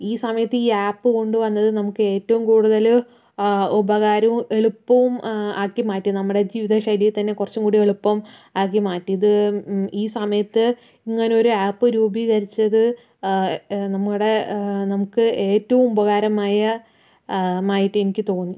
ഈ സമയത്ത് ഈ ആപ്പ് കൊണ്ടുവന്നത് നമുക്ക് ഏറ്റവും കൂടുതൽ ഉപകാരവും എളുപ്പവും ആക്കി മാറ്റി നമ്മുടെ ജീവിതശൈലിയെ തന്നെ കുറച്ചുകൂടി എളുപ്പം ആക്കി മാറ്റി ഇത് ഈ സമയത്ത് ഇങ്ങനെ ഒരു ആപ്പ് രൂപീകരിച്ചത് നമ്മുടെ നമുക്ക് ഏറ്റവും ഉപകാരമായിട്ട് എനിക്ക് തോന്നി